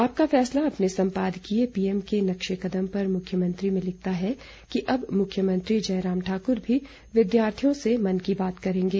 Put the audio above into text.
आपका फैसला अपने संपादकीय पीएम के नक्शेकदम पर मुख्यमंत्री में लिखता है कि अब मुख्यमंत्री जयराम ठाकुर भी विद्यार्थियों से मन की बात करेंगे